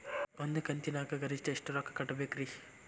ಒಂದ್ ಕಂತಿನ್ಯಾಗ ಗರಿಷ್ಠ ಎಷ್ಟ ರೊಕ್ಕ ಕಟ್ಟಬೇಕ್ರಿ?